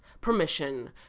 permission